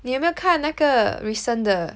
你有没有看那个 recent 的